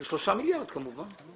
כמובן 3 מיליארד שקלים.